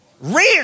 rare